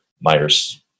Myers